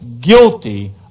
guilty